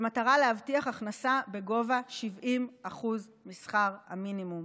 במטרה להבטיח הכנסה בגובה 70% משכר המינימום.